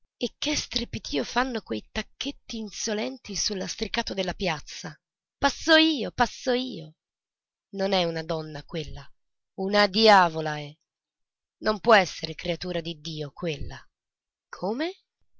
e che strepito fanno quei tacchetti insolenti sul lastricato della piazza passo io passo io non è donna quella una diavola è non può essere creatura di dio quella come